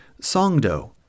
Songdo